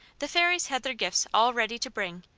the fairies had their gifts all ready to bring,